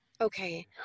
okay